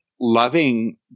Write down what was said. loving